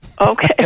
Okay